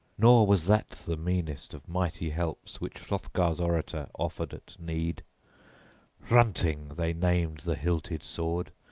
nor was that the meanest of mighty helps which hrothgar's orator offered at need hrunting they named the hilted sword,